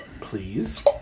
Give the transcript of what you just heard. please